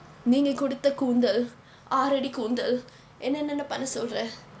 நீங்க கொடுத்த கூந்தல் ஆறு அடி கூந்தல் என்னை என்ன பண்ண சொல்றே:ninga kodutha koonthal aaru adi kunthal ennai enna panna solrae